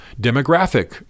demographic